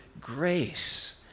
grace